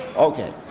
ok,